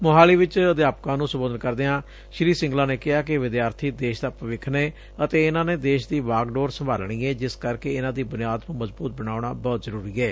ਮੁਹਾਲੀ ਚ ਅਧਿਆਪਕਾਂ ਨੂੰ ਸੰਬੋਧਨ ਕਰਦਿਆਂ ਸ੍ਰੀ ਸਿੰਗਲਾ ਨੇ ਕਿਹਾ ਕਿ ਵਿਦਿਆਰਥੀ ਦੇਸ਼ ਦਾ ਭਵਿੱਖ ਨੇ ਅਤੇ ਇਨਾਂ ਨੇ ਦੇਸ਼ ਦੀ ਵਾਗਡੋਰ ਸੰਭਾਲਣੀ ਏ ਜਿਸ ਕਰਕੇ ਇਨਾਂ ਦੀ ਬੁਨਿਆਦ ਨੇ ਮਜ਼ਬਤ ਬਨਾਉਣਾ ਬਹੁਤ ਜ਼ਰੁਰੀ ਏ